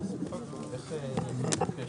היום,